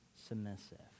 submissive